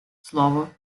слово